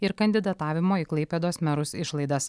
ir kandidatavimo į klaipėdos merus išlaidas